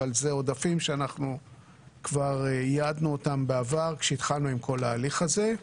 אבל אלה עודפים שאנחנו כבר ייעדנו אותם בעבר כשהתחלנו עם כל ההליך הזה.